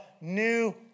New